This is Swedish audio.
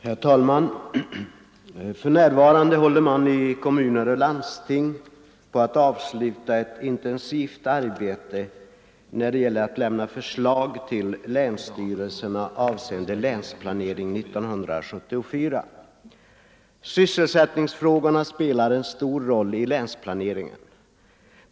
Herr talman! För närvarande håller man i kommuner och landsting på att avsluta ett intensivt arbete när det gäller att lämna förslag till länsstyrelserna avseende Länsplanering 1974. Sysselsättningsfrågorna spelar en stor roll i länsplaneringen.